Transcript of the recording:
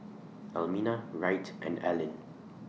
Almina Wright and Allyn